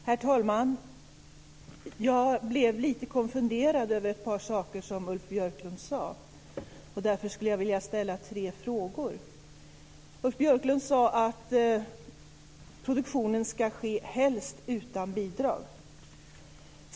Herr talman! Jag blev lite konfunderad över ett par saker som Ulf Björklund sade. Därför skulle jag vilja ställa tre frågor. Ulf Björklund sade att produktionen helst ska ske utan bidrag.